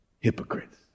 hypocrites